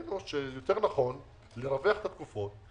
ראינו שיותר נכון לרווח את התקופות,